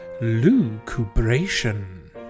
lucubration